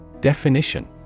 Definition